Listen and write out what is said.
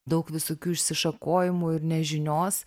daug visokių išsišakojimų ir nežinios